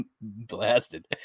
blasted